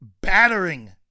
battering